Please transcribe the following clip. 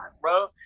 bro